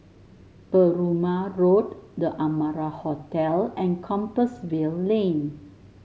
Perumal Road The Amara Hotel and Compassvale Lane